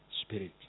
spirit